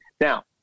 Now